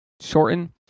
Shorten